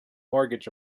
mortgage